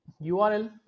URL